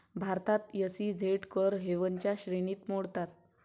भारतात एस.ई.झेड कर हेवनच्या श्रेणीत मोडतात